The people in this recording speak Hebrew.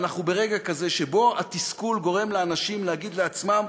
ואנחנו ברגע כזה שבו התסכול גורם לאנשים להגיד לעצמם: